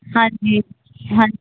ਹਾਂਜੀ ਹਾਂਜੀ